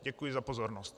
Děkuji za pozornost.